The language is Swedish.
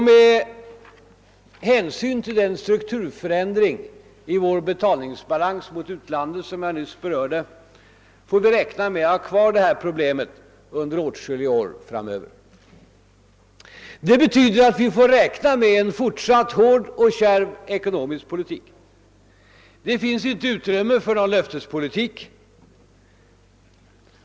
Med hänsyn till den strukturförändring i vår betalningsbalans mot utlandet som jag nyss berörde får vi räkna med att ha kvar detta problem under åtskilliga år framöver. Det betyder att vi får räkna med en fortsatt hård och kärv ekonomisk politik. Det finns inte utrymme för någon löftespolitik.